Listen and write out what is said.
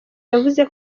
yavuze